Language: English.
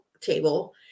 table